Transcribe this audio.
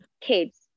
kids